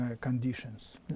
conditions